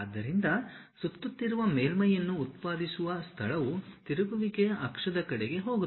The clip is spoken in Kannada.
ಆದ್ದರಿಂದ ಸುತ್ತುತ್ತಿರುವ ಮೇಲ್ಮೈಯನ್ನು ಉತ್ಪಾದಿಸುವ ಸ್ಥಳವು ತಿರುಗುವಿಕೆಯ ಅಕ್ಷದ ಕಡೆಗೆ ಹೋಗುತ್ತದೆ